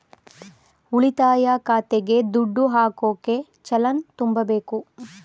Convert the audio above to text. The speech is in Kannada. ಉಳಿತಾಯ ಖಾತೆಗೆ ದುಡ್ಡು ಹಾಕೋಕೆ ಚಲನ್ ತುಂಬಬೇಕು